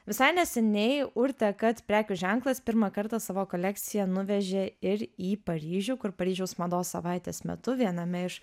visai neseniai urtė kat prekių ženklas pirmą kartą savo kolekciją nuvežė ir į paryžių kur paryžiaus mados savaitės metu viename iš